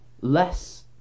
less